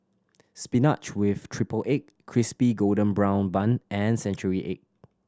spinach with triple egg Crispy Golden Brown Bun and century egg